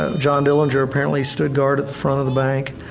ah john dillinger apparently stood guard at the front of the bank,